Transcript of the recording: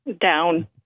Down